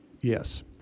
yes